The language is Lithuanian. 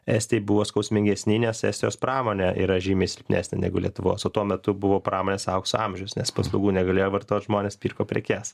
estijai buvo skausmingesni nes estijos pramonė yra žymiai silpnesnė negu lietuvos o tuo metu buvo pramonės aukso amžius nes paslaugų negalėjo vartot žmonės pirko prekes